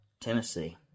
Tennessee